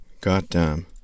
Goddamn